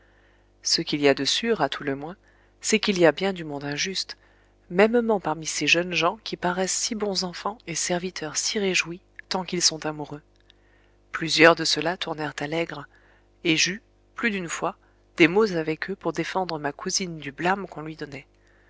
ce qu'il y a de sûr à tout le moins c'est qu'il y a bien du monde injuste mêmement parmi ces jeunes gens qui paraissent si bons enfants et serviteurs si réjouis tant qu'ils sont amoureux plusieurs de ceux-là tournèrent à l'aigre et j'eus plus d'une fois des mots avec eux pour défendre ma cousine du blâme qu'on lui donnait